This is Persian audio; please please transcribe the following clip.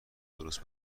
درست